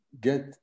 get